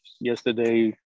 yesterday